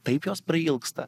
taip jos prailgsta